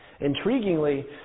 Intriguingly